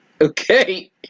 okay